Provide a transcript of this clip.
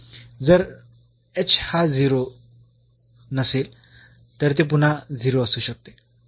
जर हा 0 नसेल तर हे पुन्हा 0 असू शकते